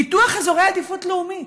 פיתוח אזורי עדיפות לאומית,